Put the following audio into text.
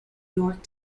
york